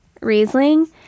Riesling